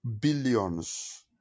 billions